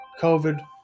COVID